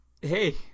hey